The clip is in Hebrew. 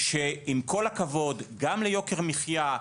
שכל המשלוחים כאן מגיעים,